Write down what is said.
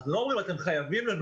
אנחנו לא אומרים שחייבים לנו